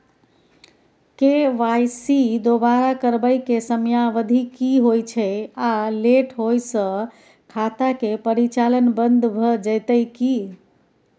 KYC दोबारा करबै के समयावधि की होय छै आ लेट होय स खाता के परिचालन बन्द भ जेतै की?